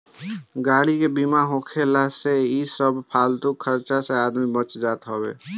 गाड़ी के बीमा होखला से इ सब फालतू खर्चा से आदमी बच जात हअ